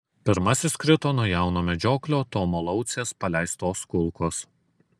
pirmasis krito nuo jauno medžioklio tomo laucės paleistos kulkos